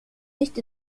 nicht